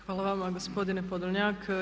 Hvala vama gospodine Podolnjak.